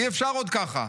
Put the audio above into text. אי-אפשר עוד ככה'.